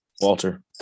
Walter